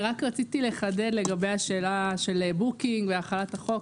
רציתי לחדד לגבי השאלה של בוקינג והחלת החוק.